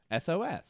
sos